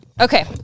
Okay